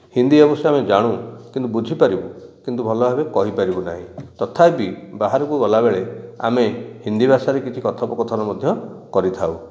ହିନ୍ଦୀ ଅବଶ୍ୟ ଆମେ ଜାଣୁ କିନ୍ତୁ ବୁଝିପାରୁ କିନ୍ତୁ ଭଲ ଭାବରେ କହିପାରିବୁ ନାହିଁ ତଥାପି ବାହାରକୁ ଗଲା ବେଳେ ଆମେ ହିନ୍ଦୀ ଭାଷାରେ କିଛି କଥୋପକଥନ ମଧ୍ୟ କରିଥାଉ